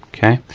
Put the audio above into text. okay.